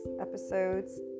Episodes